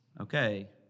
Okay